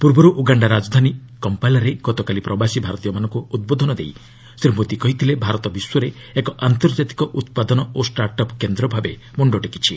ପୂର୍ବରୁ ଉଗାଣ୍ଡା ରାଜଧାନୀ କମ୍ପାଲାରେ ଗତକାଲି ପ୍ରବାସୀ ଭାରତୀୟମାନଙ୍କୁ ଉଦ୍ବୋଧନ ଦେଇ ଶ୍ରୀ ମୋଦି କହିଥିଲେ ଭାରତ ବିଶ୍ୱରେ ଏକ ଆନ୍ତର୍ଜାତିକ ଉତ୍ପାଦନ ଓ ଷ୍ଟାର୍ଟ ଅପ୍ କେନ୍ଦ୍ର ଭାବେ ମୁଣ୍ଡ ଟେକିଛି